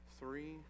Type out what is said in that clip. Three